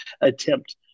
attempt